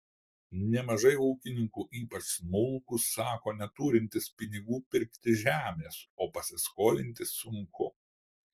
nemažai ūkininkų ypač smulkūs sako neturintys pinigų pirkti žemės o pasiskolinti sunku